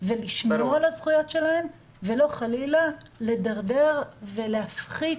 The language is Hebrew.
לשמור על הזכויות שלהן ולא חלילה לדרדר ולהפחית